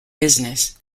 business